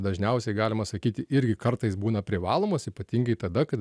dažniausiai galima sakyt irgi kartais būna privalomas ypatingai tada kai